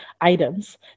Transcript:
items